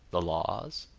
the laws.